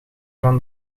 van